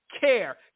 care